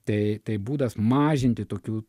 tai tai būdas mažinti tokių